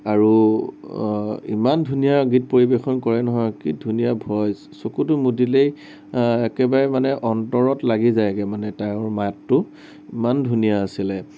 আৰু ইমান ধুনীয়া গীত পৰিৱেশন কৰে নহয় কি ধুনীয়া ভইছ চকুতো মুদিলেই একেবাৰে মানে অন্তৰত লাগি যায়গে মানে তাইৰ মাতটো ইমান ধুনীয়া আছিলে